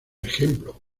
ejemplo